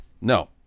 no